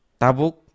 tabuk